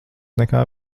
nekā